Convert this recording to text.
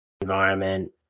environment